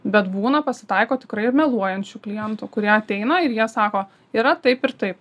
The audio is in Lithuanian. bet būna pasitaiko tikrai ir meluojančių klientų kurie ateina ir jie sako yra taip ir taip